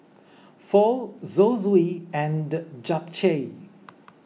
Pho Zosui and Japchae